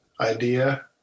idea